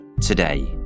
Today